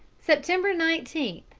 september nineteen,